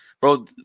bro